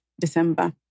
December